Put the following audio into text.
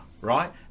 right